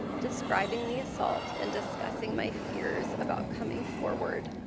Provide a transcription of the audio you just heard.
describing the assault and discussing my fears about coming forward.